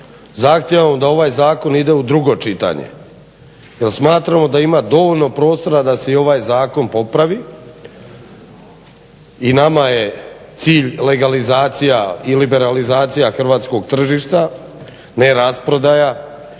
zahtijevamo da ovaj zakon ide u drugo čitanje, jer smatramo da ima dovoljno prostora da se i ovaj zakon popravi i nama je cilj legalizacija i liberalizacija hrvatskog tržišta, ne rasprodaja,